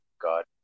god